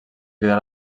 cridar